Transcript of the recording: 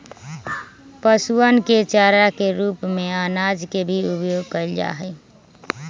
पशुअन के चारा के रूप में अनाज के भी उपयोग कइल जाहई